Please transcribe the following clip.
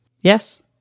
Yes